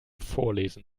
vorlesen